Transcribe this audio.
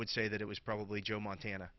would say that it was probably joe montana